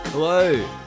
Hello